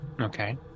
Okay